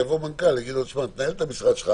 יבוא מנכ"ל ויגיד: תנהל את המשרד שלך,